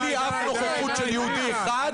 בלי אף נוכחות של יהודי אחד,